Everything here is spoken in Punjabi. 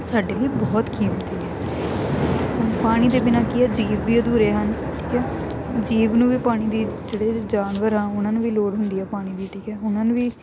ਸਾਡੇ ਲਈ ਬਹੁਤ ਕੀਮਤੀ ਹੈ ਪਾਣੀ ਦੇ ਬਿਨਾਂ ਕੀ ਆ ਜੀਵ ਵੀ ਅਧੂਰੇ ਹਨ ਠੀਕ ਹੈ ਜੀਵ ਨੂੰ ਵੀ ਪਾਣੀ ਦੀ ਜਿਹੜੇ ਜਾਨਵਰ ਆ ਉਹਨਾਂ ਨੂੰ ਵੀ ਲੋੜ ਹੁੰਦੀ ਹੈ ਪਾਣੀ ਦੀ ਠੀਕ ਹੈ ਉਹਨਾਂ ਨੂੰ ਵੀ